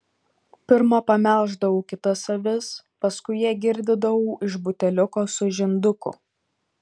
pirma pamelždavau kitas avis paskui ją girdydavau iš buteliuko su žinduku